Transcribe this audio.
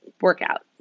workout